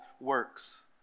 works